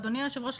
ואדוני היושב-ראש,